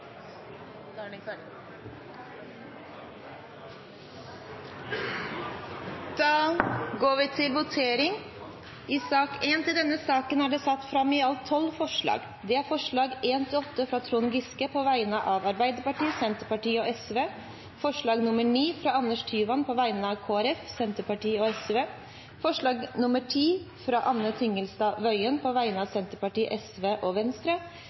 Da er Stortinget klar til å gå til votering. Under debatten er det satt fram i alt 12 forslag. Det er forslagene nr. 1–8, fra Trond Giske på vegne av Arbeiderpartiet, Senterpartiet og Sosialistisk Venstreparti forslag nr. 9, fra Anders Tyvand på vegne av Kristelig Folkeparti, Senterpartiet og Sosialistisk Venstreparti forslag nr. 10, fra Anne Tingelstad Wøien på vegne av Senterpartiet, Sosialistisk Venstreparti og Venstre